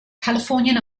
californian